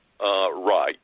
right